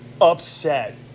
upset